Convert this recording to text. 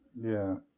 yeah,